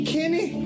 Kenny